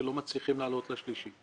ולא מצליחים לעלות לשלישי.